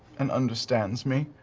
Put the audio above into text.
and understands me,